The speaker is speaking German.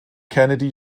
kennedy